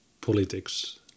politics